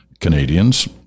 Canadians